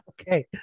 okay